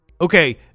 Okay